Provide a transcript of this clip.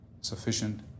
sufficient